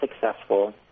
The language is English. successful